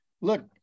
look